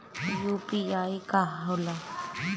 ई यू.पी.आई का होला?